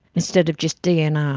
instead of just dnr.